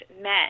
men